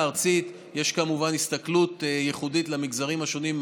הארצית יש כמובן הסתכלות ייחודית על המגזרים השונים,